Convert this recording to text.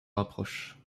rapprochent